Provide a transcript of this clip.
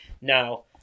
now